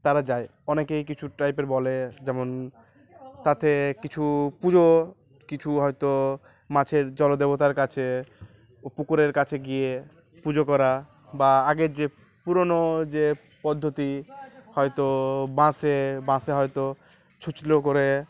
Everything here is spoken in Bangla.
তারা যায় অনেকেই কিছু টাইপের বলে যেমন তাতে কিছু পুজো কিছু হয়তো মাছের জলদেবতার কাছে পুকুরের কাছে গিয়ে পুজো করা বা আগের যে পুরোনো যে পদ্ধতি হয়তো বাঁশে বাঁশে হয়তো ছুঁচলো করে